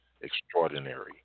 extraordinary